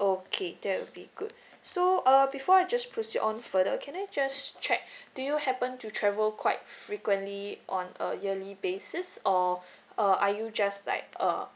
okay that would be good so uh before I just proceed on further can I just check do you happen to travel quite frequently on a yearly basis or are you just like uh